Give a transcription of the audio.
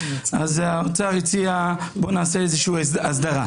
האוצר הציע שנעשה הסדרה.